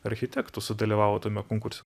architektų sudalyvavo tame konkurse